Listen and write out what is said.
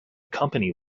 company